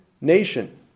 nation